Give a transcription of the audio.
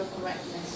correctness